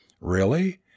Really